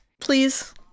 Please